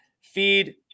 feed